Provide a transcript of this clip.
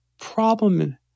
problem